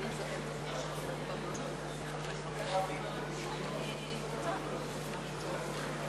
1. אני קובע כי